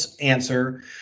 answer